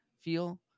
feel